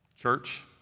Church